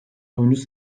oyuncu